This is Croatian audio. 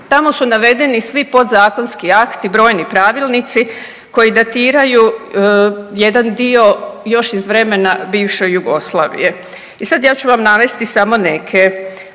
Tamo su navedeni svi podzakonski akti, brojni pravilnici koji datiraju jedan još iz vremena bivše Jugoslavije. I sada ja ću vam navesti samo neke.